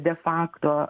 de fakto